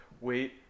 Wait